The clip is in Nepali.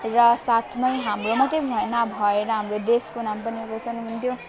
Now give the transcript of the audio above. र साथमै हाम्रो मात्रै भएन नभएर हाम्रो देशको नाम पनि रोसन हुन्थ्यो